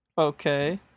Okay